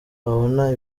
babona